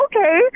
okay